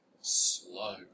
slow